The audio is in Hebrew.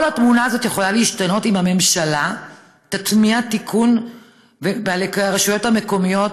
כל התמונה הזאת יכולה להשתנות אם הממשלה תטמיע תיקון ברשויות המקומיות,